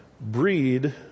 breed